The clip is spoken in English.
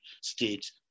state